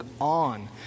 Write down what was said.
on